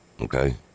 okay